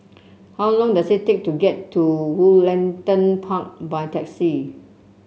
how long does it take to get to Woollerton Park by taxi